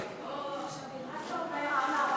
פה, אדוני היושב-ראש, אני אצטרך את עזרתך.